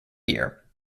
year